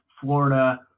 Florida